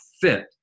fit